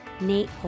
Nate